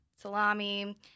salami